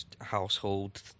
household